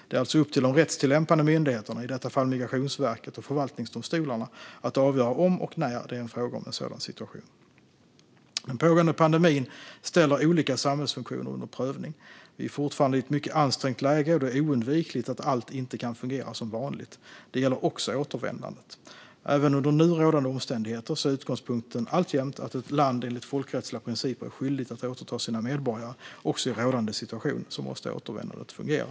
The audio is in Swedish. Det är alltså upp till de rättstillämpande myndigheterna, i detta fall Migrationsverket och förvaltningsdomstolarna, att avgöra om och när det är fråga om en sådan situation. Den pågående pandemin ställer olika samhällsfunktioner under prövning. Vi är fortfarande i ett mycket ansträngt läge, och det är oundvikligt att allt inte kan fungera som vanligt. Det gäller också återvändandet. Även under nu rådande omständigheter är utgångspunkten alltjämt att ett land enligt folkrättsliga principer är skyldigt att återta sina medborgare. Också i rådande situation måste återvändandet fungera.